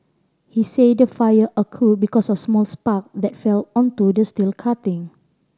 he said the fire occurred because of small spark that fell onto the steel cutting